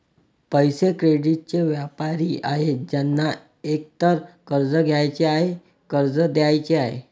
पैसे, क्रेडिटचे व्यापारी आहेत ज्यांना एकतर कर्ज घ्यायचे आहे, कर्ज द्यायचे आहे